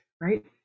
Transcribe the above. right